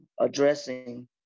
addressing